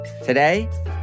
Today